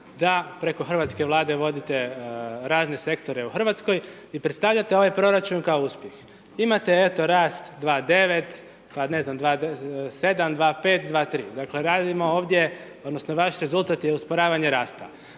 da, preko hrvatske Vlade vodite razne Sektore o RH i predstavljate ovaj proračun kao uspjeh. Imate eto, rast 2,9., pa, ne znam, 2,7.,2,5., 2,3., dakle, radimo ovdje, odnosno vaš rezultat je usporavanje rasta.